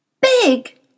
Big